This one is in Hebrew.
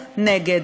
נגד.